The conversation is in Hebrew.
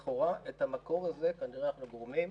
לכאורה, את המקור הזה כנראה אנחנו גורמים.